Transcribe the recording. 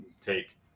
take